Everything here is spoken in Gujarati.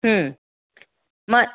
હમમ